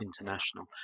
International